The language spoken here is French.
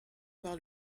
par